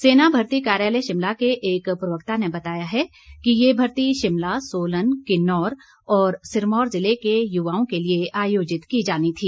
सेना भर्ती कार्यालय शिमला के एक प्रवक्ता ने बताया है कि ये भर्ती शिमला सोलन किन्नौर और सिरमौर जिले के युवाओं के लिए आयोजित की जानी थी